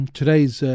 today's